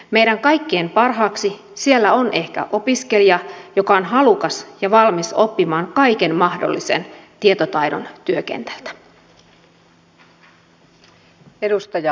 meidän kaikkien parhaaksi siellä on ehkä opiskelija joka on halukas ja valmis oppimaan kaiken mahdollisen tietotaidon työkentältä